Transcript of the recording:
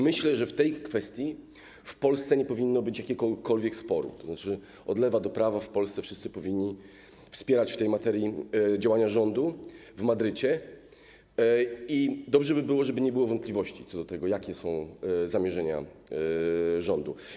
Myślę, że w tej kwestii w Polsce nie powinno być jakiegokolwiek sporu, tzn. od lewa do prawa w Polsce wszyscy powinni wspierać w tej materii działania rządu w Madrycie i dobrze by było, żeby nie było wątpliwości co do tego, jakie są zamierzenia rządu.